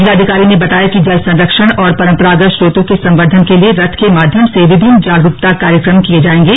जिलाधिकारी ने बताया कि जल संरक्षण और परंपरागत स्रोतों के संवर्द्धन के लिए रथ के माध्यम से विभिन्न जागरूकता कार्यक्रम किए जाएंगे